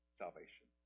salvation